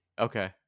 Okay